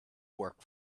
work